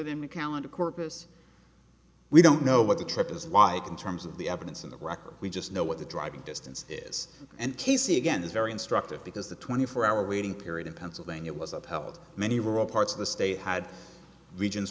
to corpus we don't know what the trip is like in terms of the evidence in the record we just know what the driving distance is and casey again is very instructive because the twenty four hour waiting period in pennsylvania was upheld many rural parts of the state had regions